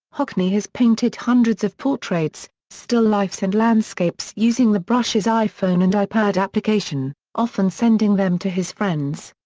hockney has painted hundreds of portraits, still lifes and landscapes using the brushes iphone and ipad application, often sending them to his friends.